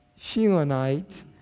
Shilonite